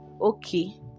okay